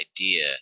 idea